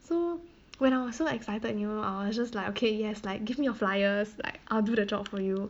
so when I was so excited you know I was just like okay yes like give me your flyers like I'll do the job for you